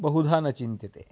बहुधा न चिन्त्यते